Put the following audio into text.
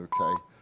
Okay